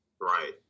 Right